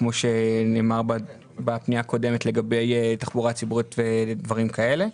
כמו שנאמר בפנייה הקודמת לגבי תחבורה ציבורית ודברים כאלה,